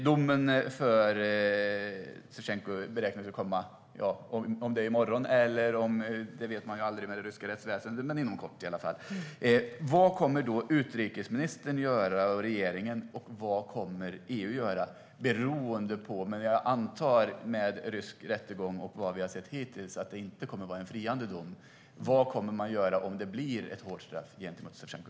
Domen för Savtjenko beräknas komma inom kort; om det blir i morgon vet man dock aldrig med det ryska rättsväsendet. Vad kommer då utrikesministern och regeringen att göra? Vad kommer EU att göra? Det beror på hur det blir, men jag antar med tanke på rysk rättegång och vad vi har sett hittills att det inte kommer att vara en friande dom. Vad kommer man att göra om det blir ett hårt straff för Savtjenko?